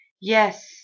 Yes